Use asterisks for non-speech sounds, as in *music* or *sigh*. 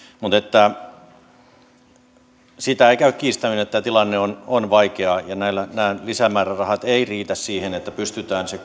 mutta sitä ei käy kiistäminen että tämä tilanne on on vaikea ja nämä lisämäärärahat eivät todellakaan riitä siihen että pystyttäisiin se *unintelligible*